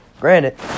Granted